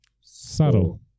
Subtle